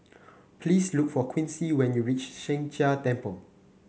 please look for Quincy when you reach Sheng Jia Temple